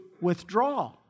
withdraw